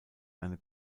eine